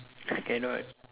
eh not